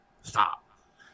stop